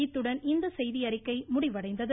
இத்துடன் இந்த செய்தியறிக்கை முடிவடைந்தது